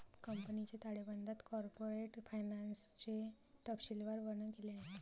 कंपनीच्या ताळेबंदात कॉर्पोरेट फायनान्सचे तपशीलवार वर्णन केले आहे